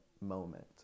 moment